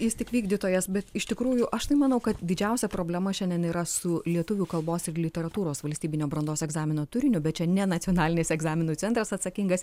jis tik vykdytojas bet iš tikrųjų aš tai manau kad didžiausia problema šiandien yra su lietuvių kalbos ir literatūros valstybinio brandos egzamino turiniu bet čia ne nacionalinis egzaminų centras atsakingas